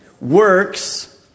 Works